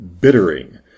bittering